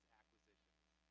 acquisitions